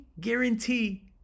guarantee